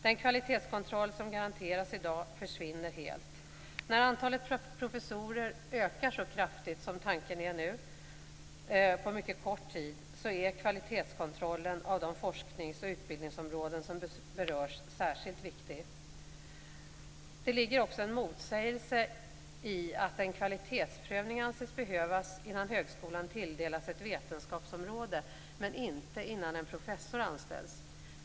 Den kvalitetskontroll som garanteras i dag försvinner helt. När antalet professorer på mycket kort tid ökar så kraftigt som nu är tänkt är kvalitetskontrollen av de forsknings och utbildningsområden som berörs särskilt viktig. Det ligger också en motsägelse i att en kvalitetsprövning anses behövas innan högskolan tilldelas ett vetenskapsområde men inte innan en professor anställs.